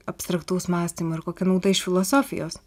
abstraktaus mąstymo ir kokia nauda iš filosofijos